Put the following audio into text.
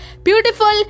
Beautiful